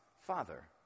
father